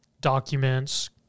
documents